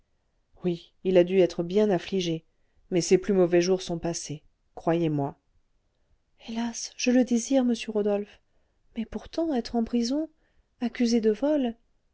oui il a dû être bien affligé mais ses plus mauvais jours sont passés croyez-moi hélas je le désire monsieur rodolphe mais pourtant être en prison accusé de vol